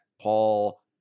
paul